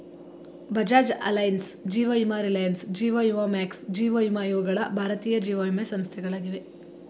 Bajaj Allianz, ಜೀವ ವಿಮಾ Reliance, ಜೀವ ವಿಮಾ ಮ್ಯಾಕ್ಸ್, ಜೀವ ವಿಮಾ ಇವುಗಳ ಭಾರತೀಯ ಜೀವವಿಮೆ ಸಂಸ್ಥೆಗಳಾಗಿವೆ